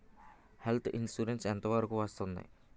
Health insurance ఎంత వరకు వస్తుంది?